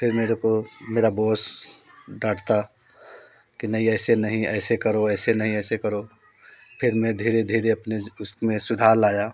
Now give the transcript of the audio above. फिर मेरे को मेरा बॉस डांटता कि नहीं ऐसे नहीं ऐसे करो ऐसे नहीं ऐसे करो फिर मैं धीरे धीरे अपने उसमें सुधार लाया